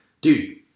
dude